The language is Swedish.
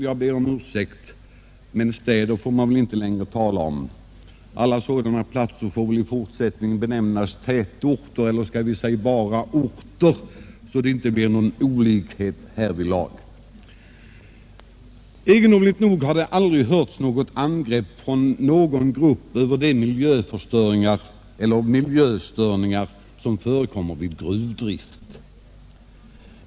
Jag ber om ursäkt, herr talman, för att jag använder ordet ”städer” — alla sådana platser bör väl i fortsättningen benämnas tätorter eller skall vi säga bara orter så att det härvidlag inte uppstår någon olikhet. Egendomligt nog har det aldrig hörts något angrepp mot de miljöförstöringar eller miljöstörningar som förekommer vid gruvdrift.